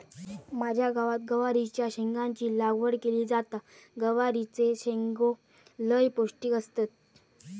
माझ्या गावात गवारीच्या शेंगाची लागवड केली जाता, गवारीचे शेंगो लय पौष्टिक असतत